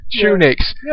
tunics